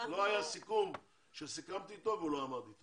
לא היה סיכום שסיכמתי אתו והוא לא עמד בו.